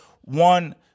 one